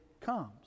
comes